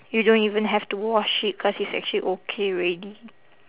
you don't even have to wash it cause it's actually okay already